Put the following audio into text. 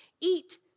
Eat